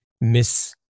miss